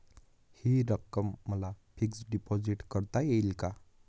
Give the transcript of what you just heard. हि रक्कम मला फिक्स डिपॉझिट करता येईल का?